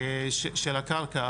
של הקרקע.